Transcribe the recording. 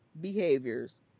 behaviors